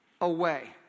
away